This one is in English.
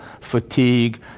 fatigue